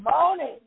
morning